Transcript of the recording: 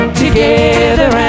together